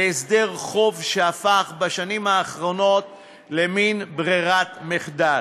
להסדר חוב, שהפך בשנים האחרונות למין ברירת מחדל.